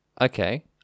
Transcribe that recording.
Okay